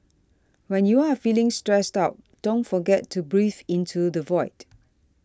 when you are feeling stressed out don't forget to breathe into the void